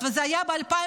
וזה היה ב-2014.